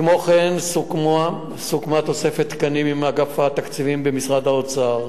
כמו כן סוכמה תוספת תקנים עם אגף התקציבים במשרד האוצר.